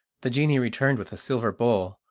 the genie returned with a silver bowl,